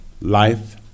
life